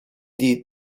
die